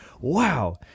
wow